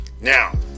now